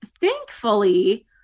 thankfully